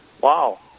wow